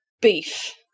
beef